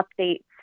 updates